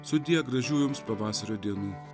sudie gražių jums pavasario dienų